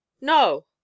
No